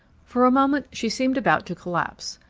for a moment she seemed about to collapse.